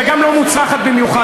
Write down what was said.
וגם לא מוצלחת במיוחד,